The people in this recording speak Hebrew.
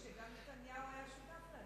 שגם נתניהו היה שותף להם.